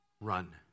Run